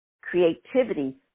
Creativity